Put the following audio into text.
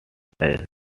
significant